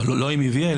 לא אם היא הביאה,